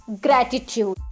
gratitude